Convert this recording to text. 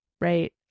right